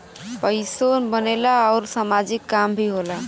पइसो बनेला आउर सामाजिक काम भी होला